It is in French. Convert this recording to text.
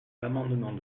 l’amendement